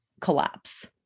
collapse